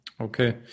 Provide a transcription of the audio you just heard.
okay